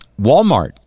Walmart